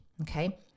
Okay